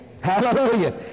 Hallelujah